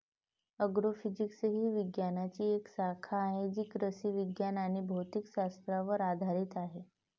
agrophysics ही विज्ञानाची एक शाखा आहे जी कृषी विज्ञान आणि भौतिक शास्त्रावर आधारित आहे